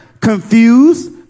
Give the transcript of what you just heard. confused